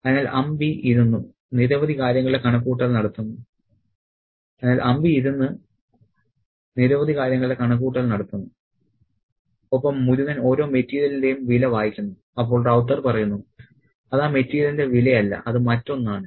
അതിനാൽ അമ്പി ഇരുന്നു നിരവധി കാര്യങ്ങളുടെ കണക്കുകൂട്ടൽ നടത്തുന്നു ഒപ്പം മുരുകൻ ഓരോ മെറ്റീരിയലിന്റെയും വില വായിക്കുന്നു അപ്പോൾ റൌത്തർ പറയുന്നു അത് ആ മെറ്റീരിയലിന്റെ വിലയല്ല അത് മറ്റൊന്നാണ്